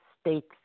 states